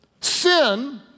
Sin